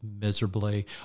miserably